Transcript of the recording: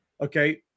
Okay